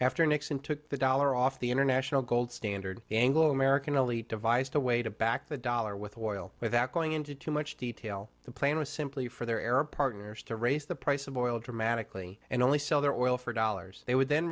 after nixon took the dollar off the international gold standard anglo american only devised a way to back the dollar with oil without going into too much detail the plane was simply for their air partners to raise the price of oil dramatically and only sell their oil for dollars they would then